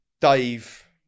Dave